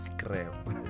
scrap